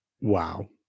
wow